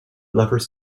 lover’s